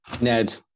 Ned